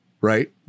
right